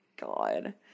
God